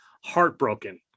heartbroken